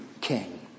king